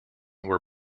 were